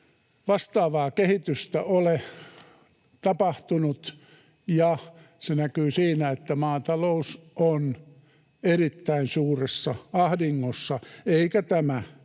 vastaavaa kehitystä ole tapahtunut, ja se näkyy siinä, että maatalous on erittäin suuressa ahdingossa, eikä tämä ensi